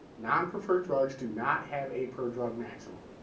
non-preferred drugs do not have a per drug maximum.